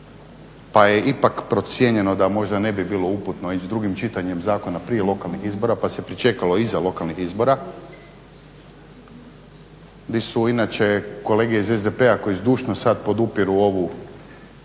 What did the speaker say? pa je ipak procijenjeno da možda ne bi bilo uputno ići s drugim čitanjem zakona prije lokalnih izbora pa se pričekalo iza lokalnih izbora gdje su inače kolege iz SDP-a koji zdušno sad podupiru ovu